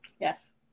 Yes